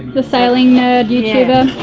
the sailing nerd youtuber?